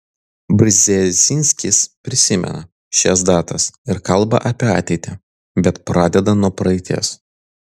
brzezinskis prisimena šias datas ir kalba apie ateitį bet pradeda nuo praeities